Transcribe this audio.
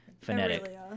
phonetic